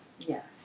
Yes